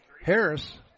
Harris